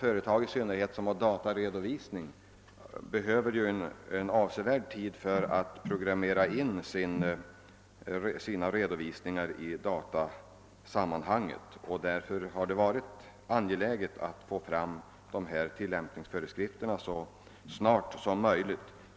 I synnerhet sådana företag som har dataredovisning behöver en avsevärd tid för att programmera in nya rutiner i datasystemet, och därför har det varit angeläget att få fram transportstödets tillämpningsföreskrifter så snart som möjligt.